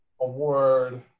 award